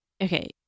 okay